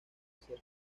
hacer